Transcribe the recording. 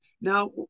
Now